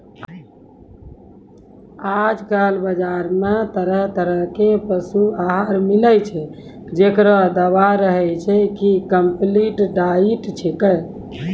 आजकल बाजार मॅ तरह तरह के पशु आहार मिलै छै, जेकरो दावा रहै छै कि कम्पलीट डाइट छेकै